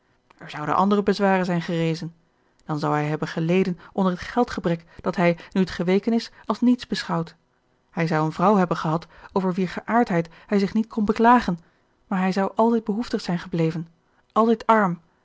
er zouden andere bezwaren zijn gerezen dan zou hij hebben geleden onder het geldgebrek dat hij nu het geweken is als niets beschouwt hij zou een vrouw hebben gehad over wier geaardheid hij zich niet kon beklagen maar hij zou altijd behoeftig zijn gebleven altijd arm